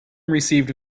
received